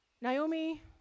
Naomi